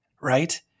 right